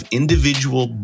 individual